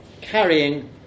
carrying